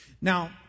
Now